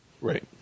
Right